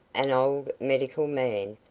an old medical man,